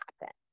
happen